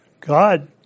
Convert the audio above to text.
God